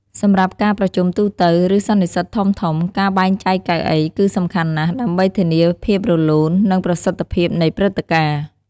សម្រាប់ការប្រជុំទូទៅ ឬសន្និសីទធំៗ ការបែងចែកកៅអីគឺសំខាន់ណាស់ ដើម្បីធានាភាពរលូន និងប្រសិទ្ធភាពនៃព្រឹត្តិការណ៍។